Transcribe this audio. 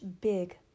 big